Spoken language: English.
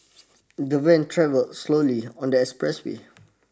the van travelled slowly on the expressway